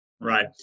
Right